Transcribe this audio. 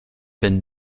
been